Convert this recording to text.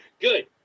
Good